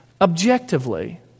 objectively